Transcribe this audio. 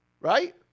right